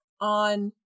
on